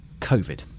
COVID